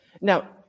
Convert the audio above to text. Now